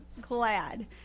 glad